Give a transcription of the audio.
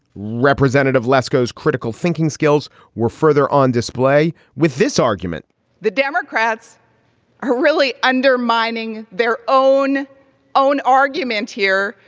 representative lusco's critical thinking skills were further on display with this argument the democrats are really undermining their own own argument here,